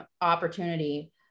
opportunity